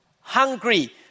Hungry